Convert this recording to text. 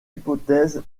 hypothèse